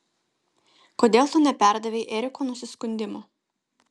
kodėl tu neperdavei eriko nusiskundimų